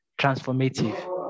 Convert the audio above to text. transformative